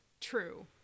true